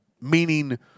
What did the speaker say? Meaning